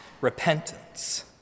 repentance